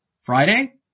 Friday